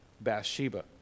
Bathsheba